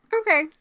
Okay